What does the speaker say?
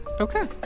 okay